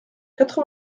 quatre